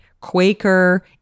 Quaker